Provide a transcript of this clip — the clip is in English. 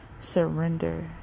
Surrender